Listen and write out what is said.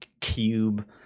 Cube